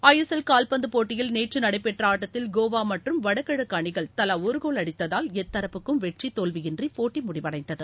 ISL கால்பந்துப் போட்டியில் நேற்று நடைபெற்ற ஆட்டத்தில் கோவா மற்றும் வடகிழக்கு அணிகள் தலா ஒரு கோல் அடித்ததால் எத்தரப்புக்கும் வெற்றி தோல்வியின்றி போட்டி முடிவடைந்தது